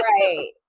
Right